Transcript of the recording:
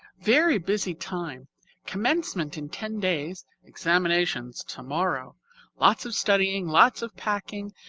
very busy time commencement in ten days, examinations tomorrow lots of studying, lots of packing,